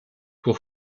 pour